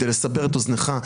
כדי לסבר את אוזנך,